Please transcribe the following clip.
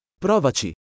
Provaci